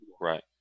Right